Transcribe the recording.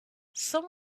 some